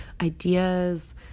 ideas